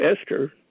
Esther